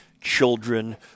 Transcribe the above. children